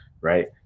Right